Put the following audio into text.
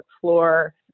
floor